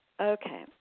Okay